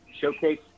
showcase